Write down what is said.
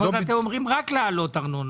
זאת אומרת, אתם אומרים רק להעלות ארנונה.